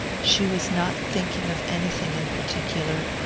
she was not thinking of anything in particular,